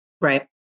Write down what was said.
Right